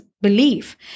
belief